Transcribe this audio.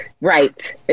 Right